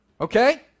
Okay